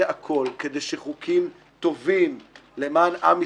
הכול כדי שחוקים טובים למען עם ישראל,